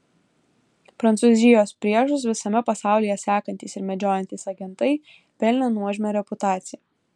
prancūzijos priešus visame pasaulyje sekantys ir medžiojantys agentai pelnė nuožmią reputaciją